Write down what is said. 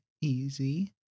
easy